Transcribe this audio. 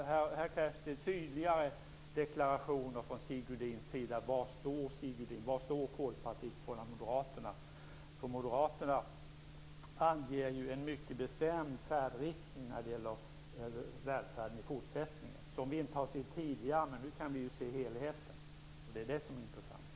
Här krävs det tydligare deklarationer från Sigge Godins sida: Var står Sigge Godin? Var står Folkpartiet i förhållande till Moderaterna? Moderaterna anger ju en mycket bestämd färdriktning när det gäller välfärden i fortsättningen. Den har vi inte sett tidigare, men nu kan vi se helheten. Det är den som är intressant.